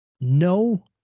no